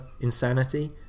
insanity